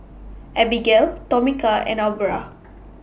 Abigale Tomeka and Aubra